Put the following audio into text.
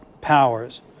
powers